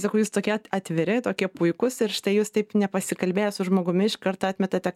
sakau jūs tokie at atviri tokie puikūs ir štai jūs taip nepasikalbėję su žmogumi iš karto atmetate